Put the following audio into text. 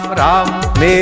ram